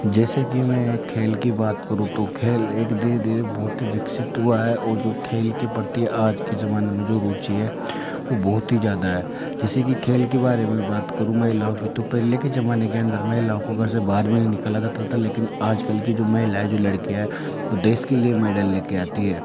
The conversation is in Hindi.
जैसे कि मैं खेल की बात करूँ तो खेल एक धीरे धीरे बहुत ही विकसित हुआ है ओर जो खेल की प्रति आज के ज़माने में जो रुचि है वह बहुत ही ज़्यादा है जैसे की खेल के बारे में बात करूँ तो महिलाओं की तो पहले के ज़माने के अंदर महिलाओं को घर से बाहर भी नहीं निकाला जाता था लेकिन आज कल की जो महिलायें है लड़कियाँ है वो देश के लिए मेडल लेकर आती हैं